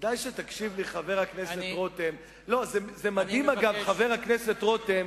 כדאי שתקשיב לי, חבר הכנסת רותם.